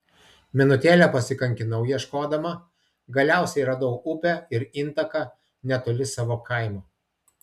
minutėlę pasikankinau ieškodama galiausiai radau upę ir intaką netoli savo kaimo